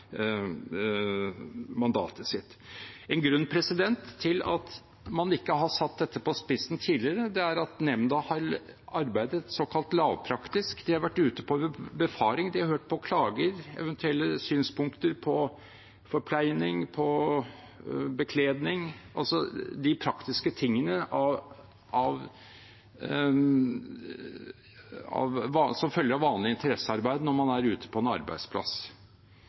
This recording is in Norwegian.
mandatet sitt. En grunn til at man ikke har satt dette på spissen tidligere, er at nemnden har arbeidet såkalt lavpraktisk. De har vært ute på befaring, og de har hørt på klager og eventuelle synspunkter på forpleining, på bekledning – altså de praktiske tingene som følger av vanlig interessearbeid når man er ute på en arbeidsplass.